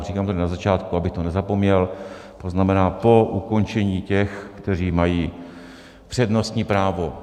Říkám to tady na začátku, abych to nezapomněl, to znamená, po ukončení těch, kteří mají přednostní právo.